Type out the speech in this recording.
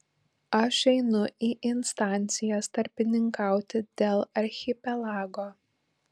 aš einu į instancijas tarpininkauti dėl archipelago